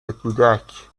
کودک